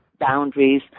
boundaries